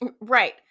Right